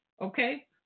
Okay